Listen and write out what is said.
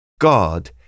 God